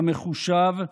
המחושב,